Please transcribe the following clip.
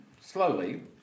slowly